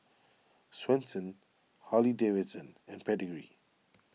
Swensens Harley Davidson and Pedigree